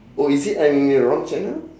or is it I'm in the wrong channel